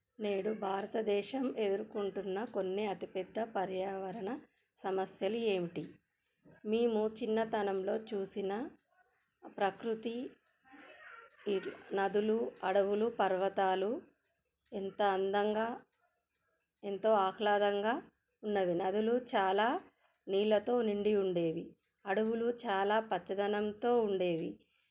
నేడు భారతదేశం ఎదుర్కొంటున్న కొన్ని అతిపెద్ద పర్యావరణ సమస్యలు ఏమిటి మేము చిన్నతనంలో చూసిన ప్రకృతి నదులు అడవులు పర్వతాలు ఎంత అందంగా ఎంతో ఆహ్లాదంగా ఉన్నవి నదులు చాలా నీళ్ళతో నిండి ఉండేవి అడవులు చాలా పచ్చదనంతో ఉండేవి